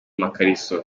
amakariso